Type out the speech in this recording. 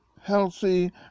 healthy